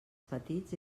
petits